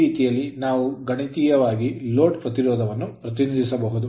ಈ ರೀತಿಯಲ್ಲಿ ನಾವು ಗಣಿತೀಯವಾಗಿ ಲೋಡ್ ಪ್ರತಿರೋಧವನ್ನು ಪ್ರತಿನಿಧಿಸಬಹುದು